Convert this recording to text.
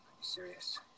serious